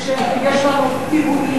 כשיש לנו פיגועים,